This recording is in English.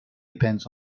depends